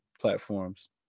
platforms